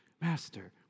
Master